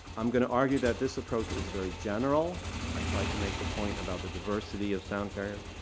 i'm going to argue that this approach is very general. i try to make the point about the diversity of sound carriers.